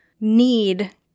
need